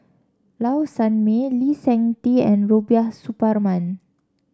Low Sanmay Lee Seng Tee and Rubiah Suparman